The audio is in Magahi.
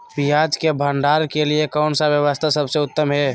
पियाज़ के भंडारण के लिए कौन व्यवस्था सबसे उत्तम है?